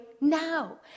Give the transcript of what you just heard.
now